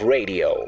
Radio